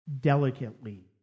delicately